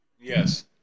Yes